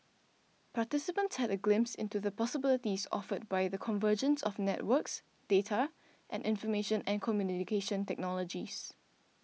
participants had a glimpse into the possibilities offered by the convergence of networks data and information and communication technologies